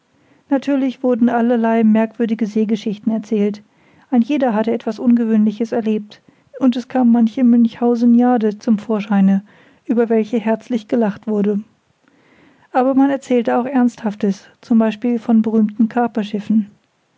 natürlich wurden allerlei merkwürdige seegeschichten erzählt ein jeder hatte etwas ungewöhnliches erlebt und es kam manche münchhauseniade zum vorscheine über welche herzlich gelacht wurde aber man erzählte auch ernsthaftes z b von berühmten